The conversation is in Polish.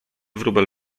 wróbel